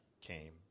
came